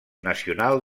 nacional